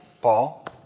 Paul